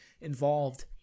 involved